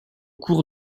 cours